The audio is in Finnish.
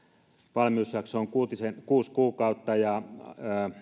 valmiusjakso on kuusi kuukautta ja